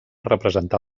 representar